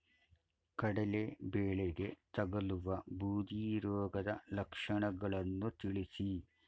ಕಡಲೆ ಬೆಳೆಗೆ ತಗಲುವ ಬೂದಿ ರೋಗದ ಲಕ್ಷಣಗಳನ್ನು ತಿಳಿಸಿ?